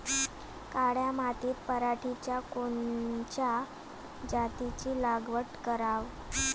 काळ्या मातीत पराटीच्या कोनच्या जातीची लागवड कराव?